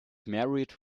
married